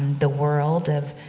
the world of,